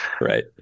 Right